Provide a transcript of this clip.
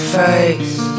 face